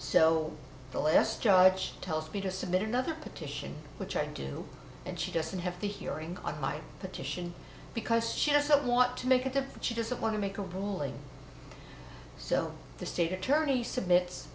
so the less judge tells me to submit another petition which i do and she doesn't have the hearing on my petition because she doesn't want to make it up that she doesn't want to make a ruling so the state attorney submit